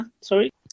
Sorry